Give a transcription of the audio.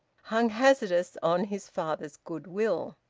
hung hazardous on his father's goodwill.